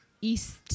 East